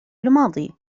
الماضي